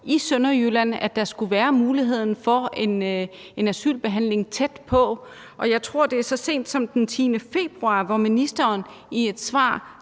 i Sønderjylland, at der skulle være mulighed for en asylbehandling tæt på. Og jeg tror, det er så sent som den 10. februar, at ministeren i et svar